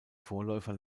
vorläufer